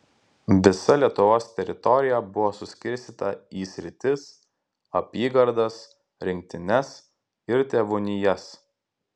visa lietuvos teritorija buvo suskirstyta į sritis apygardas rinktines ir tėvūnijas